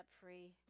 free